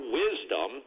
wisdom